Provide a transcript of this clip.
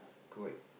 quite